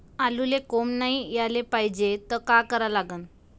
आलूले कोंब नाई याले पायजे त का करा लागन?